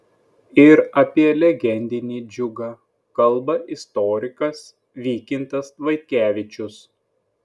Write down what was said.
ir apie legendinį džiugą kalba istorikas vykintas vaitkevičius